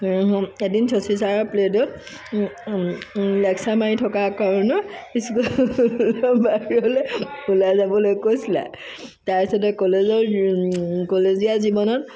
এদিন চচী ছাৰৰ পিৰিয়ডত লেকচাৰ মাৰি থাকাৰ কাৰণে স্কুলৰ বাহিৰলৈ ওলাই যাবলৈ কৈছিলে তাৰপাছতে কলেজৰ কলেজীয়া জীৱনত